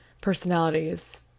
personalities